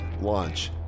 launch